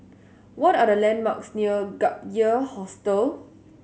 what are the landmarks near Gap Year Hostel